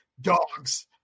dogs